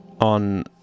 on